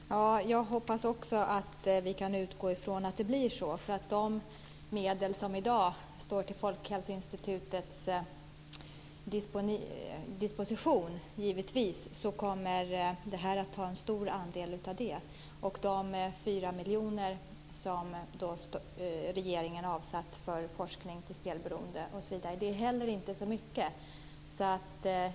Fru talman! Också jag hoppas att vi kan utgå från att det blir så. Givetvis kommer det här att ta i anspråk en stor del av de medel som i dag står till Folkhälsoinstitutets disposition. De 4 miljoner som regeringen avsatt till forskning om spelberoende räcker inte så långt.